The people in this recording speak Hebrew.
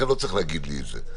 לכן לא צריך להגיד לי את זה.